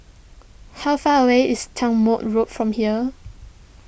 how far away is Road from here